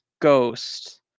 ghost